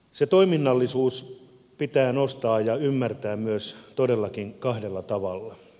se toiminnallisuus pitää nostaa ja ymmärtää myös todellakin kahdella tavalla